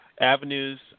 avenues